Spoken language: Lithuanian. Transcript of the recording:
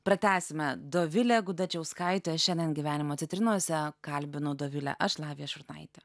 pratęsime dovilė gudačiauskaitė šiandien gyvenimo citrinose kalbinu dovilę aš lavija šurnaitė